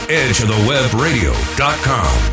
edgeofthewebradio.com